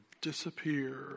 disappear